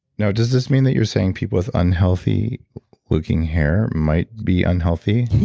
now does this mean that you're saying people with unhealthy looking hair might be unhealthy?